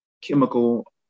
chemical